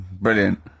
Brilliant